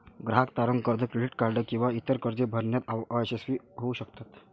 ग्राहक तारण कर्ज, क्रेडिट कार्ड किंवा इतर कर्जे भरण्यात अयशस्वी होऊ शकतात